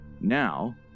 Now